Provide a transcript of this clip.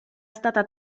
stata